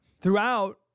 throughout